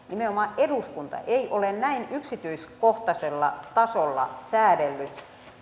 nimenomaan eduskunta ei ole näin yksityiskohtaisella tasolla säädellyt